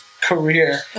career